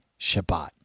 Shabbat